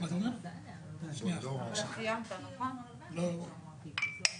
תנו לנו את ימינו.